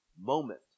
moment